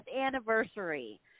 anniversary